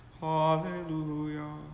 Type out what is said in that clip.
Hallelujah